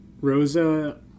Rosa